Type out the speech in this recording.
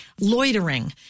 loitering